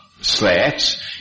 slats